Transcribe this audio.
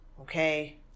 okay